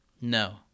No